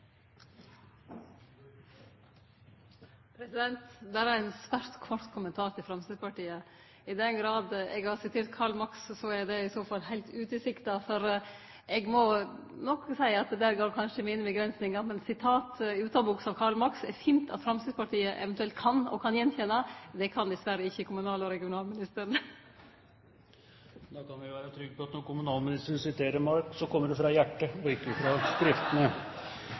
fall heilt utilsikta. For eg må nok seie at der har eg kanskje mine begrensingar. Men sitat utanboks av Karl Marx er det fint at Framstegspartiet eventuelt kan og kan kjenne att. Det kan dessverre ikkje kommunal- og regionalministeren. Da kan vi være trygg på at når kommunalministeren siterer Marx, kommer det fra hjertet og ikke fra skriftene.